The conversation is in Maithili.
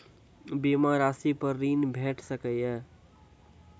बीमा रासि पर ॠण भेट सकै ये?